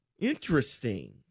Interesting